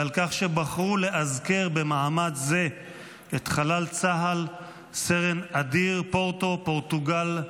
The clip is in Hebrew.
ועל כך שבחרו לאזכר במעמד זה את חלל צה"ל סרן אדיר (פורטו) פורטוגל,